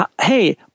hey